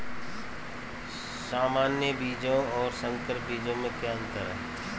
सामान्य बीजों और संकर बीजों में क्या अंतर है?